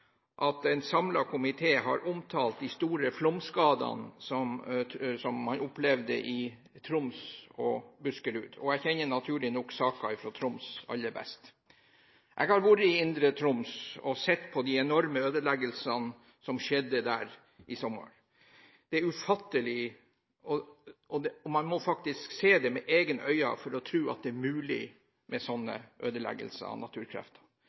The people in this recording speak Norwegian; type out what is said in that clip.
at en samlet komité har omtalt de store flomskadene som man opplevde i Troms og Buskerud, og jeg kjenner naturlig nok saken fra Troms aller best. Jeg har vært i Indre Troms og sett på de enorme ødeleggelsene som skjedde der i sommer. Det er ufattelig, og man må faktisk se det med egne øyne for å tro at det er mulig med sånne ødeleggelser fra naturkrefter. Jeg synes det er tragisk for bøndene som er rammet av